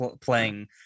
playing